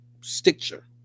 Stitcher